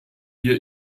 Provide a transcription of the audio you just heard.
wir